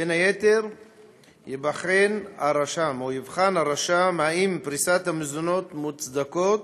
בין היתר יבחן הרשם אם פריסת המזונות מוצדקת